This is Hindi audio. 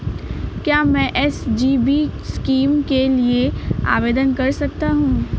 क्या मैं एस.जी.बी स्कीम के लिए आवेदन कर सकता हूँ?